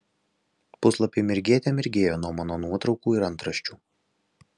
puslapiai mirgėte mirgėjo nuo mano nuotraukų ir antraščių